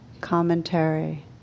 commentary